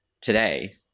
today